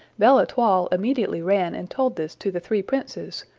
belle-etoile immediately ran and told this to the three princes,